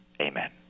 Amen